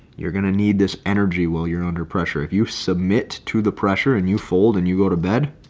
you're going to need this energy while you're under pressure. if you submit to the pressure and you fold and you go to bed,